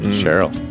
cheryl